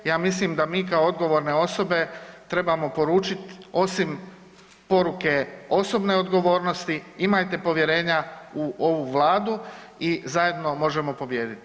Ja mislim da mi kao odgovorne osobe trebamo poručiti osim poruke osobne odgovornosti imajte povjerenja u ovu Vladu i zajedno možemo pobijediti.